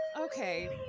Okay